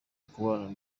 kubana